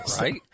Right